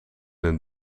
een